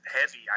heavy